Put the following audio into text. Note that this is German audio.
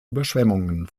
überschwemmungen